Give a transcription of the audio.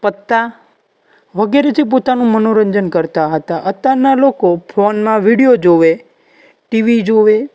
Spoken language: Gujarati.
પત્તાં વગેરેથી પોતાનું મનોરંજન કરતા હતા અત્યારના લોકો ફોનમાં વીડિયો જુએ ટીવી જુએ